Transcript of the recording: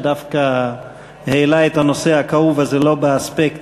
שדווקא העלה את הנושא הכאוב הזה לא באספקט